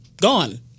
gone